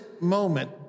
moment